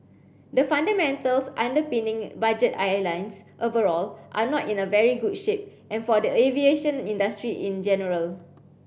the fundamentals underpinning budget airlines overall are not in a very good shape and for the aviation industry in general